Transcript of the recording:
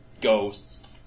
ghosts